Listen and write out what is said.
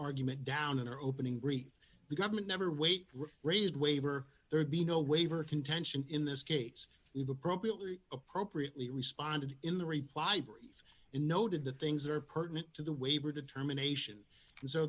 argument down in our opening brief the government never wait raised waiver there'd be no waiver contention in this case we've appropriately appropriately responded in the reply brief and noted the things that are pertinent to the waiver determination